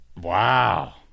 Wow